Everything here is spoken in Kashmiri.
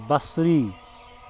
بصری